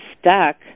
stuck